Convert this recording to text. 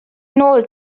nôl